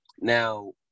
Now